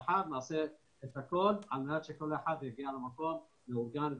נעשה את הכול על מנת שכל אחד יגיע למקום מאורגן ומסודר.